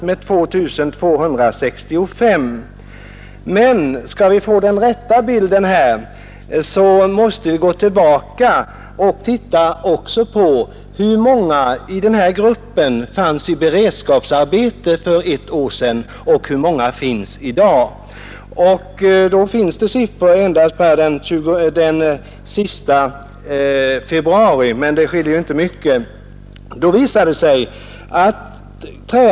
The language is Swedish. Men om vi skall få den rätta bilden där måste vi också se efter hur många i denna grupp som fanns i beredskapsarbete för ett år sedan och hur många som finns i sådant arbete i dag. Då finns det bara siffrorna per den sista februari, men de skiljer sig troligen inte mycket från dagens siffror.